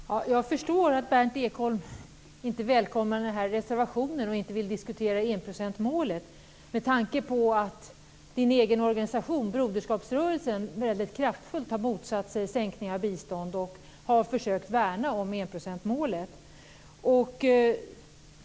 Herr talman! Med tanke på att Berndt Ekholms egen organisation, Broderskapsrörelsen, väldigt kraftfullt har motsatt sig en sänkning av biståndet och försökt värna enprocentsmålet förstår jag att Berndt Ekholm inte välkomnar den här reservationen och inte vill diskutera enprocentsmålet.